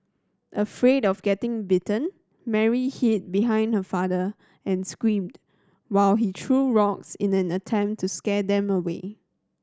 afraid of getting bitten Mary hid behind her father and screamed while he threw rocks in an attempt to scare them away